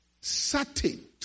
Certain